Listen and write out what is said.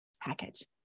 package